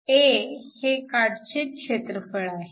A हे काटछेद क्षेत्रफळ आहे